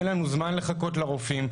אין לנו זמן לחכות לרופאים.